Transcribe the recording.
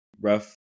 rough